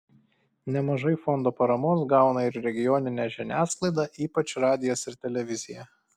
nemažai fondo paramos gauna ir regioninė žiniasklaida ypač radijas ir televizija